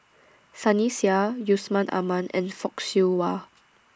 Sunny Sia Yusman Aman and Fock Siew Wah